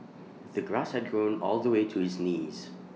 the grass had grown all the way to his knees